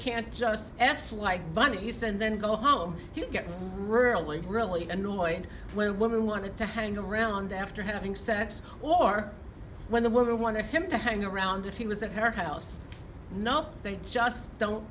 can't just f like bunnies and then go home you get really really annoyed when a woman wanted to hang around after having sex or when the woman wanted him to hang around if he was at her house not they just don't